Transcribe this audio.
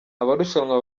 abarushanwa